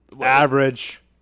Average